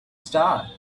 star